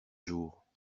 jours